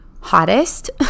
hottest